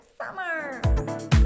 Summer